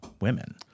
women